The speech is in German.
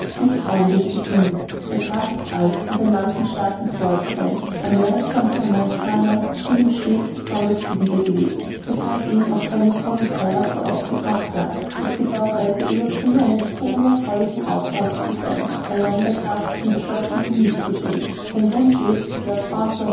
nicht freundlich gesinnt ist der graf ist alt und ein mann von starken vorurteilen amerika und die amerikaner sind ihm stets besonders zuwider gewesen weshalb ihn auch seines sohnes heirat so aufgebracht hat ich bedaure der ueberbringer eines so unerfreulichen auftrages zu sein allein der graf ist entschlossen sie nicht zu sehen sein wunsch ist lord